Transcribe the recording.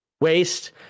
waste